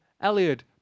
Elliot